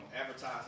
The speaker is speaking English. advertising